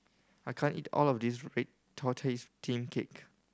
I can't eat all of this red tortoise steamed cake